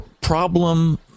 problem